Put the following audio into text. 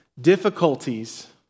Difficulties